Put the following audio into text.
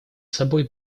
собой